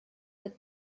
that